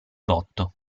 botto